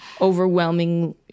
overwhelming